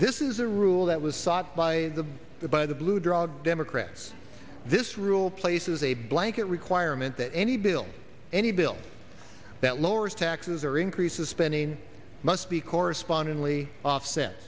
this is a rule that was sought by the by the blue drug democrats this rule places a blanket requirement that any bill any bill that lowers taxes or increases spending must be correspondingly offset